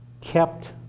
kept